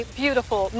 beautiful